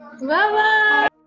Bye-bye